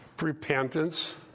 repentance